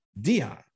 Dion